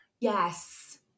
Yes